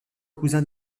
cousin